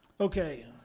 Okay